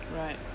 right